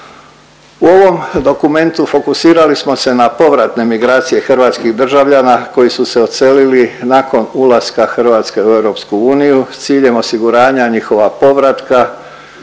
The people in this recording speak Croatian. U ovom dokumentu fokusirali smo se na povratne migracije hrvatskih državljana koji su se odselili nakon ulaska Hrvatske u EU, s ciljem osiguranja njihova povratka